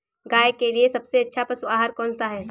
गाय के लिए सबसे अच्छा पशु आहार कौन सा है?